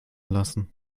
lassen